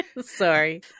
Sorry